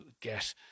get